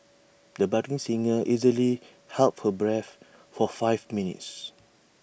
the budding singer easily held her breath for five minutes